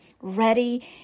ready